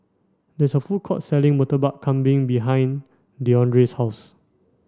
there is a food court selling Murtabak Kambing behind Deandre's house